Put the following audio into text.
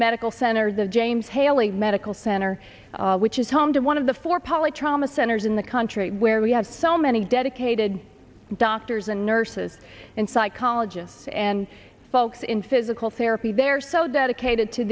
medical center the james haley medical center which is home to one of the four poly trauma centers in the country where we have so many dedicated doctors and nurses and psychologists and folks in physical therapy they're so dedicated to